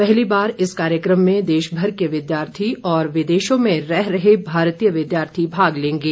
पहली बार इस कार्यक्रम में देशभर के विद्यार्थी और विदेशों में रह रहे भारतीय विद्यार्थी भाग लेंगे